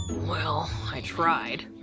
well, i tried.